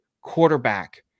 quarterback